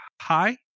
Hi